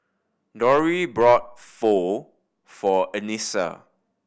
Dori bought Pho for Anissa